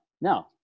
no